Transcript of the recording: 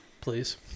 please